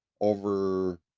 over